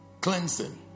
Cleansing